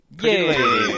Yay